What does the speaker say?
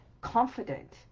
confident